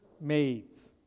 maids